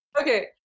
Okay